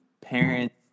parents